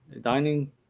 dining